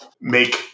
make